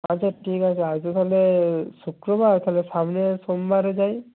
আচ্ছা ঠিক আছে আজ তো তাহলে শুক্রবার তাহলে সামনের সোমবারে যাই